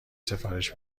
سفارش